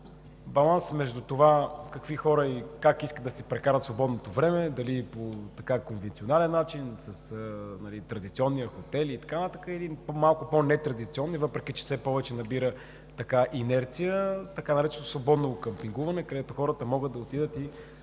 баланс между това какви хора и как искат да си прекарат свободното време, дали по конвенционален начин с традиционните хотели и така нататък, или по малко по-нетрадиционния начин, въпреки че все повече набира инерция – така нареченото свободно къмпингуване, където хората могат да отидат и